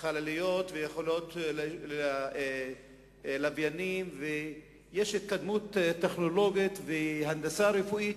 חלליות ויכולות לשגר לוויינים ויש התקדמות טכנולוגית והנדסה רפואית,